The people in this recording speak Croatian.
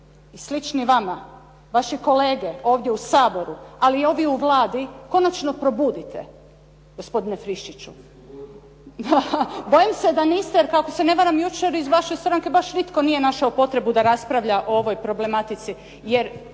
i slični vama vaši kolege ovdje u Saboru ali i ovi u Vladi konačno probudite, gospodine Friščiću, bojim se da niste jer kako se ne varam jučer iz vaše stranke baš nitko nije našao potrebu da raspravlja o ovoj problematici.